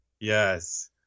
yes